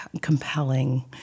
compelling